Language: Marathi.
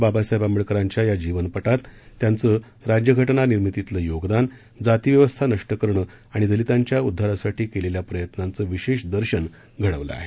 बाबासाहेब आंबेडकरांच्या या जीवनपटात त्यांचे राज्यघटना निर्मितीतले योगदान जातीव्यवस्था नष्ट करणे आणि दलितांच्या उद्दारासाठी केलेल्या प्रयत्नांचे विशेष दर्शन घडवलं आहे